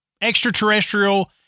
extraterrestrial